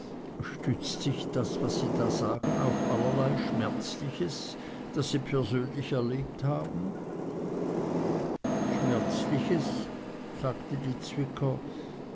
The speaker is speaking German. stützt sich das was sie da sagen auf allerlei schmerzliches das sie persönlich erlebt haben schmerzliches sagte die zwicker